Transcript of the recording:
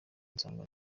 nsanga